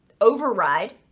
override